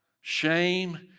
shame